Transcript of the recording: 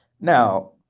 now